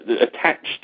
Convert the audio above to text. attached